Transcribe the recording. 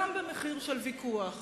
גם במחיר של ויכוח